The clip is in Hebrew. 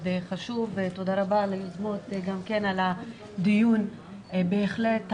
חשוב ותודה רבה ליוזמות גם כן על הדיון החשוב.